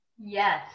Yes